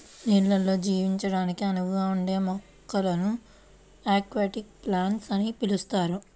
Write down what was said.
నీళ్ళల్లో జీవించడానికి అనువుగా ఉండే మొక్కలను అక్వాటిక్ ప్లాంట్స్ అని పిలుస్తారు